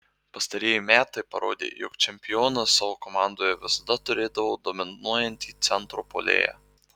pastarieji metai parodė jog čempionas savo komandoje visada turėdavo dominuojantį centro puolėją